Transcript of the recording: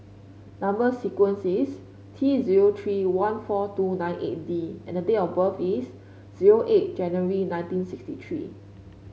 number sequence is T zero three one four two nine eight D and the date of birth is zero eight January nineteen sixty three